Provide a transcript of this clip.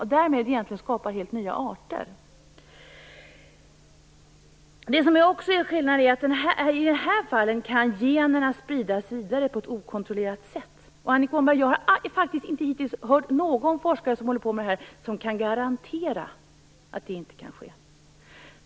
Därmed skapar vi egentligen helt nya arter. En annan skillnad är att i de här fallen kan generna spridas vidare på ett okontrollerat sätt. Jag har hittills inte hört någon forskare som håller på med det här, Annika Åhnberg, som kan garantera att det inte kan ske.